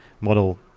model